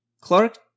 clark